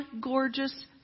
gorgeous